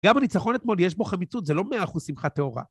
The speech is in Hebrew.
גם בניצחון אתמול יש בו חמיצות, זה לא מאה אחוז שמחת תאורה.